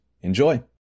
Enjoy